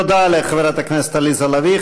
תודה לחברת הכנסת עליזה לביא.